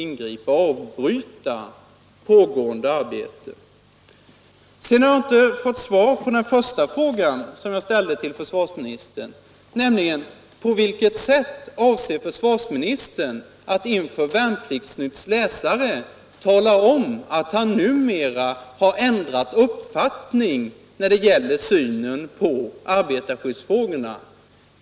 Jag har inte fått svar på den första fråga som jag ställde till försvarsministern, nämligen: På vilket sätt avser försvarsministern att inför Värnplikts-Nytts läsare tala om, att han numera har ändrat uppfattning när det gäller arbetarskyddsfrågorna?